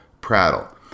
prattle